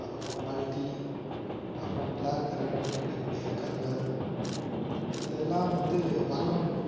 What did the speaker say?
அப்புறமா மல்டி அப்பறம் black granite என்னக்கூடிய கற்கள் இதெல்லாம் வந்து வளம்